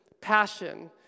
passion